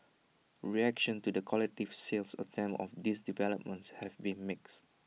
reactions to the collective sales attempt of these developments have been mixed